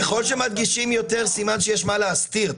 ככל שמדגישים יותר סימן שיש מה להסתיר,